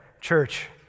church